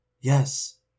Yes